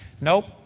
Nope